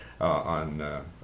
on